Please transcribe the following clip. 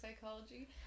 psychology